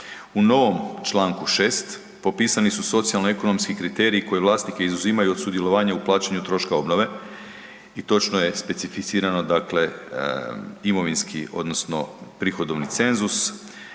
U novom čl. 6. popisani su socijalno ekonomski kriteriji koje vlasnike izuzimaju od sudjelovanja u plaćanju troška obnove i točno je specificirano imovinski odnosno prihodovni cenzus